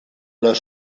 los